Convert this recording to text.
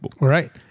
Right